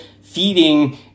feeding